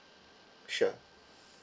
sure